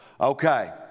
Okay